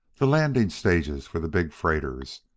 the landing stages for the big freighters,